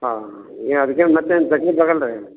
ಹಾಂ ಯಾ ಅದಕ್ಕೇನು ಮತ್ತೇನು ತಕ್ಲೀಫ್ ಆಗಲ್ಲ ರೀ